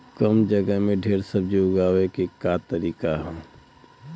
कम जगह में ढेर सब्जी उगावे क का तरीका ह?